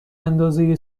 اندازه